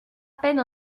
peine